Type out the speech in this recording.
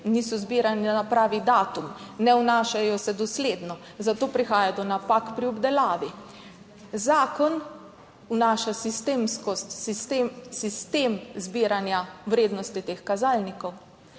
niso zbirani na pravi datum, ne vnašajo se dosledno, zato prihaja do napak pri obdelavi. Zakon vnaša sistemskost, sistem zbiranja vrednosti teh kazalnikov.